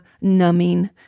numbing